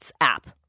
app